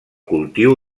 cultiu